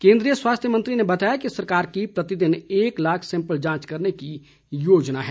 केन्द्रीय स्वास्थ्य मंत्री ने बताया कि सरकार की प्रतिदिन एक लाख सैंपल जांच करने की योजना है